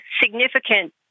significant